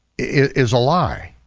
is a lie.